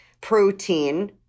protein